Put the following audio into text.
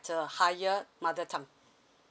the higher mother tongue